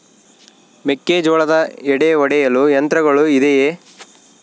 ಮೆಕ್ಕೆಜೋಳದ ಎಡೆ ಒಡೆಯಲು ಯಂತ್ರಗಳು ಇದೆಯೆ?